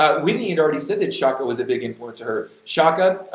whitney had already said that chaka was a big influence to her. chaka,